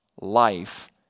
life